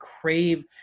crave